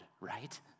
right